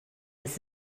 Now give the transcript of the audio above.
his